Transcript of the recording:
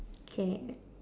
K